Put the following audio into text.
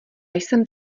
jsem